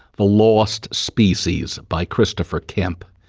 the lost species by cristopher kemp.